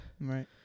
Right